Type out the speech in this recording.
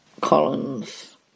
Collins